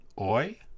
Oi